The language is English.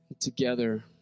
Together